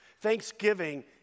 Thanksgiving